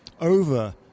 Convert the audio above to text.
over